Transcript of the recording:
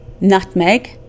nutmeg